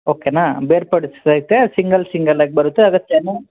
ಓಕೆನಾ ಬೇರ್ಪಡಿಸ್ತೈತೆ ಸಿಂಗಲ್ ಸಿಂಗಲಾಗಿ ಬರುತ್ತೆ ಅದರ ತೆನೆ